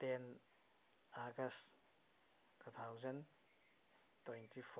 ten August two thousand twenty four